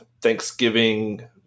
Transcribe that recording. Thanksgiving